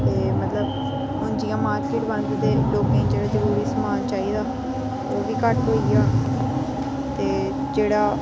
ते मतलब हून जियां मार्किट बंद ते लोकें जेह्ड़ा जरूरी समान चाहिदा हा ओह् बी घट्ट होई गेआ ते जेह्ड़ा